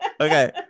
okay